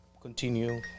continue